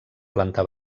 planta